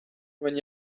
when